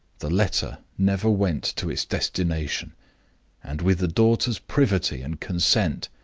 the letter never went to its destination and, with the daughter's privity and consent,